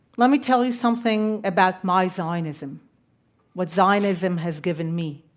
let me tell you something about my zionism what zionism has given me.